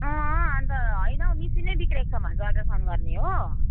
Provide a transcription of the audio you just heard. अँ अन्त होइन हो मसिनै बिग्रेको छ भन्छ अल्ट्रासाउन्ड गर्ने हो